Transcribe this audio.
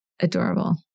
adorable